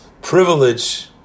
privilege